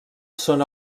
són